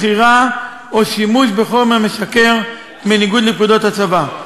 מכירה או שימוש בחומר משכר בניגוד לפקודות הצבא.